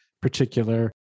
particular